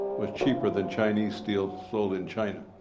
was cheaper than chinese steel sold in china.